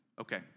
Okay